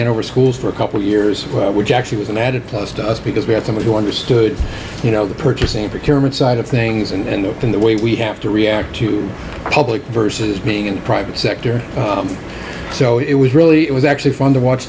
hanover schools for a couple years which actually was an added plus to us because we had somebody who understood you know the purchasing for term and side of things and open the way we have to react to public versus being in the private sector so it was really it was actually fun to watch